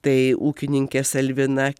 tai ūkininkės elvina